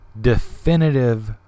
definitive